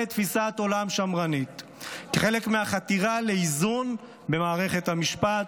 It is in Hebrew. תפיסת עולם שמרנית כחלק מהחתירה לאיזון במערכת המשפט,